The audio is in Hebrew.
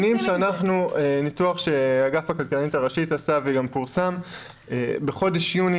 הנתונים שפרסם אגף הכלכלנית הראשית מראים שבחודש יוני